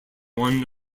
one